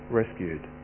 rescued